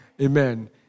Amen